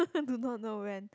I do not know when